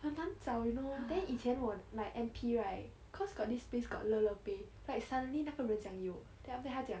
很难找 you know then 以前我 like N_P right cause got this place got lok-lok there like suddenly 那个人讲有 then after that 他讲